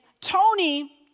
Tony